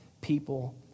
people